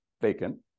vacant